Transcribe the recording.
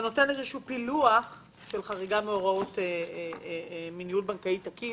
זה נותן איזה שהוא פילוח של חריגה מניהול בנקאי תקין